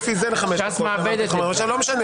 זה לא ענייני בעליל.